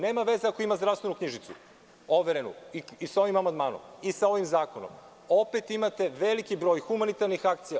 Nema veza ako ima zdravstvenu knjižicu overenu, i sa ovim amandmanom, isa ovim zakonom, opet imate veliki broj humanitarnih akcija.